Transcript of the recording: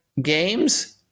games